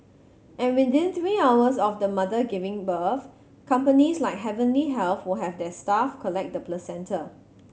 and within three hours of the mother giving birth companies like Heavenly Health will have their staff collect the placenta